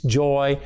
joy